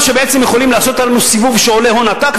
שבעצם יכולים לעשות עלינו סיבוב שעולה הון עתק,